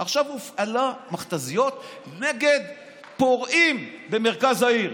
עכשיו הופעלו מכת"זיות נגד פורעים במרכז העיר.